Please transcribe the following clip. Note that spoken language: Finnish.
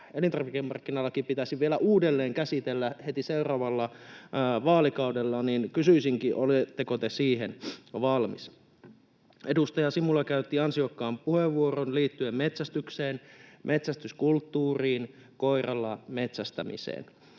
elintarvikemarkkinalaki pitäisi vielä uudelleen käsitellä heti seuraavalla vaalikaudella, niin kysyisinkin, oletteko te siihen valmis. Edustaja Simula käytti ansiokkaan puheenvuoron liittyen metsästykseen, metsästyskulttuuriin, koiralla metsästämiseen.